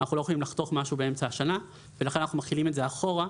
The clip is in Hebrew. אנחנו לא יכולים לחתוך משהו באמצע השנה ולכן אנחנו מחילים את זה אחורה,